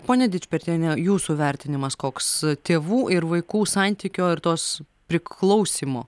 pone dičpetriene jūsų vertinimas koks tėvų ir vaikų santykio ir tos priklausymo